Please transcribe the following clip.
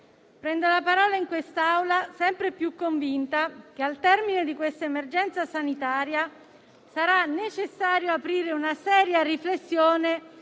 prendo la parola in quest'Aula sempre più convinta che, al termine di questa emergenza sanitaria, sarà necessario aprire una seria riflessione